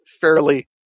fairly